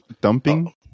dumping